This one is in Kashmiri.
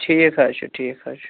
ٹھیٖک حظ چھُ ٹھیٖک حظ چھُ